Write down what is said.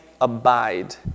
abide